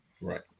Right